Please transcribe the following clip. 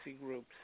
groups